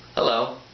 hello,